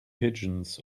pigeons